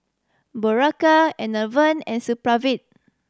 Berocca Enervon and Supravit